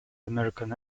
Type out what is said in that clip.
american